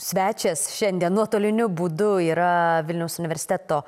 svečias šiandien nuotoliniu būdu yra vilniaus universiteto